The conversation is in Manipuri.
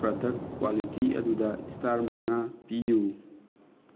ꯄ꯭ꯔꯗꯛ ꯀ꯭ꯋꯥꯂꯤꯇꯤ ꯑꯗꯨꯗ ꯏꯁꯇꯥꯔ ꯃꯉꯥ ꯄꯤꯌꯨ